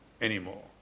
anymore